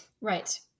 Right